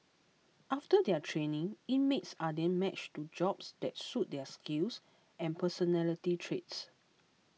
after their training inmates are then matched to jobs that suit their skills and personality traits